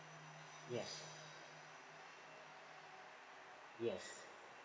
yes yes